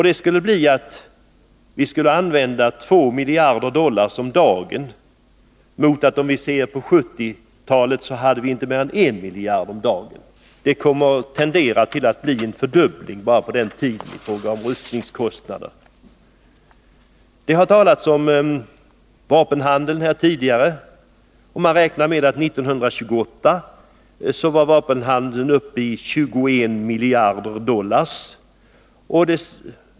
Det skulle innebära att vi skulle använda 2 miljarder dollar om dagen jämfört med början av 1970-talet, då vi inte använde mer än 1 miljard dollar om dagen. Det tenderar alltså att bli en fördubbling i fråga om rustningskostnader på den tiden. Det har tidigare talats om vapenhandeln, och man räknar med att vapenhandeln år 1978 var uppe i 21 miljarder dollar.